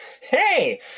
Hey